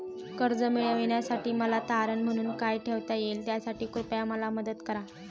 कर्ज मिळविण्यासाठी मला तारण म्हणून काय ठेवता येईल त्यासाठी कृपया मला मदत करा